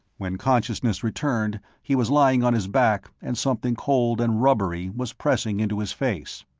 when consciousness returned, he was lying on his back, and something cold and rubbery was pressing into his face.